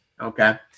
okay